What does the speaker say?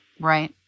Right